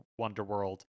Wonderworld